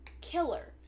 killer